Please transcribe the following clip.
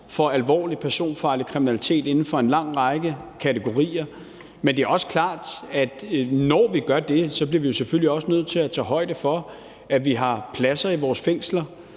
for alvorlig personfarlig kriminalitet inden for en lang række kategorier, men det er også klart, at når vi gør det, bliver vi selvfølgelig også nødt til at tage højde for, at vi har pladser i vores fængsler,